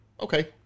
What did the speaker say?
okay